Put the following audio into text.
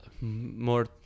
more